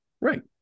Right